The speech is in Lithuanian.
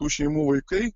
tų šeimų vaikai